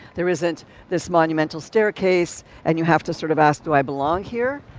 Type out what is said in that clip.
there isn't this monumental staircase. and you have to sort of ask, do i belong here?